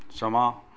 ਸਮਾਂ